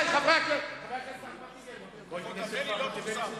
חבר הכנסת הבא אחריו,